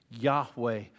Yahweh